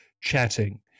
chatting